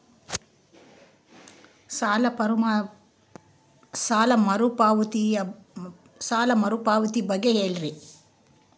ಸಾಲ ಮರುಪಾವತಿ ಬಗ್ಗೆ ಹೇಳ್ರಿ?